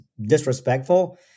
disrespectful